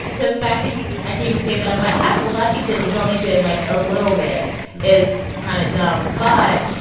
the fact that you i can even say that i'm like, i'm ah lucky because it's only been, like, a little bit is kind of dumb. but